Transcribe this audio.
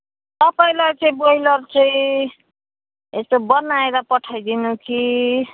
तपाईँलाई चाहिँ ब्रइलर चाहिँ यस्तो बनाएर पठाइदिनु कि